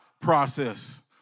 process